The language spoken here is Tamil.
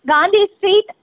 காந்தி ஸ்ட்ரீட்